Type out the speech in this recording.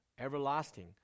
everlasting